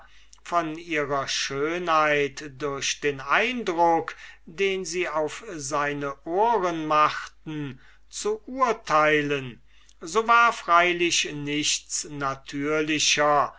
von ihrer schönheit durch den eindruck den sie auf seine ohren machten zu urteilen so war freilich nichts natürlicher